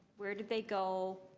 where did they go?